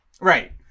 Right